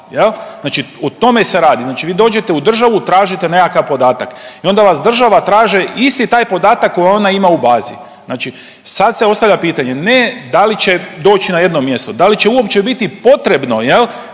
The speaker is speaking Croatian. Znači o tome se radi. Vi dođete u državu tražite nekakav podatak i onda vas država traži isti taj podatak koji ona ima u bazi. Znači sad se ostavlja pitanje ne da li će doći na jedno mjesto, da li uopće biti potrebno jel